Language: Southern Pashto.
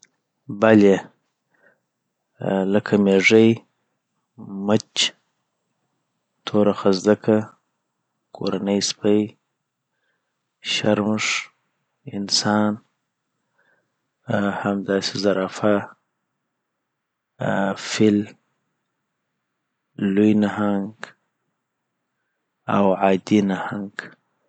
.بلي لکه میږي، مچ، توره خزدکه، کورنی سپي، شرموښ، انسان، ا همداسي زرافه، آ فيل، آ لوي نهانګ، اوعادي نهانګ